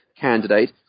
candidate